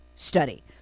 study